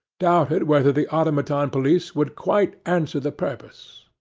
doubted whether the automaton police would quite answer the purpose.